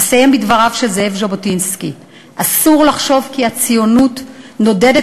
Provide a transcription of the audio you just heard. אסיים בדבריו של זאב ז'בוטינסקי: "אסור לחשוב כי הציונות נודדת